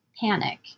panic